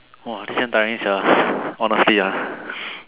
!wah! this damn tiring sia honestly ah